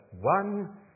one